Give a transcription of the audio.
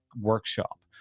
workshop